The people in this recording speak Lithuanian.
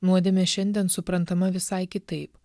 nuodėmė šiandien suprantama visai kitaip